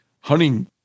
hunting